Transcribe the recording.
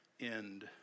end